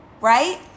right